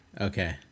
Okay